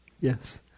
Yes